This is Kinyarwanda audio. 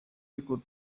y’uko